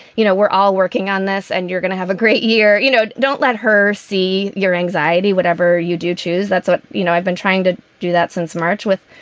you know, we're all working on this and you're going to have a great year. you know don't let her see your anxiety. whatever you do choose. that's what you know i've been trying to do, that since march with,